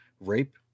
rape